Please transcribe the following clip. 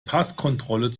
passkontrolle